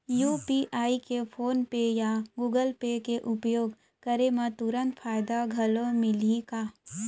UPI के PhonePe या Google pay के उपयोग करे म तुरंत फायदा घलो मिलही का?